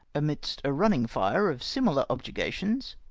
amidst a running fire of similar objurgations,